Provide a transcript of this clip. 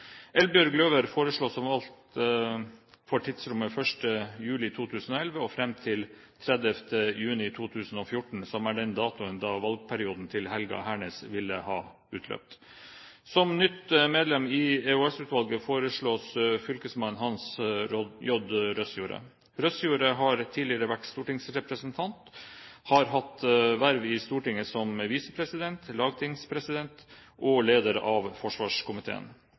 foreslås valgt for tidsrommet 1. juli 2011 fram til 30. juni 2014, som er den datoen da valgperioden til Helga Hernes ville ha utløpt. Som nytt medlem i EOS-utvalget foreslås fylkesmann Hans J. Røsjorde. Røsjorde har tidligere vært stortingsrepresentant, han har hatt verv i Stortinget som visepresident, lagtingspresident og leder av forsvarskomiteen.